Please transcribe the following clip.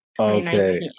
Okay